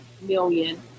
million